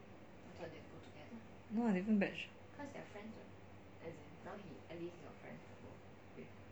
no lah different batch